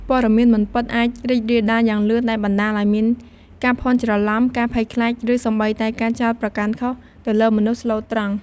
ព័ត៌មានមិនពិត អាច រីករាលដាល យ៉ាងលឿន ដែលបណ្ដាលឱ្យមាន ការភាន់ច្រឡំ ការភ័យខ្លាច ឬសូម្បីតែ ការចោទប្រកាន់ខុស ទៅលើ មនុស្សស្លូតត្រង់។